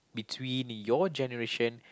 between your generation